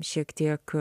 šiek tiek